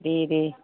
दे दे